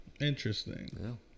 Interesting